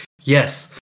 yes